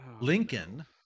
Lincoln